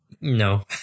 No